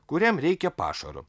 kuriam reikia pašaro